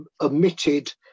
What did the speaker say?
omitted